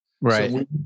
Right